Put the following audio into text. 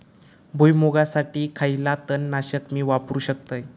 भुईमुगासाठी खयला तण नाशक मी वापरू शकतय?